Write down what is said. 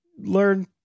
learn